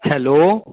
hello